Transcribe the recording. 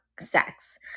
sex